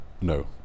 No